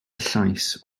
llais